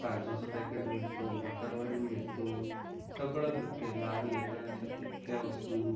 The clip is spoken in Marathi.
काजूचं पॅकेट मिळतो बाकरवडी मिळतो सगळं भेटते लहान लेकरांचे इतक्या वस्तू